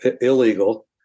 illegal